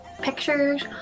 pictures